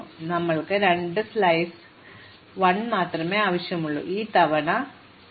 അതിനാൽ ഞങ്ങൾക്ക് 2 slice l മാത്രമേ ആവശ്യമുള്ളൂ ഒരു സമയത്ത് ഈ ത്രിമാന മാട്രിക്സിനെ വിളിക്കുക